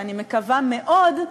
ואני מקווה מאוד,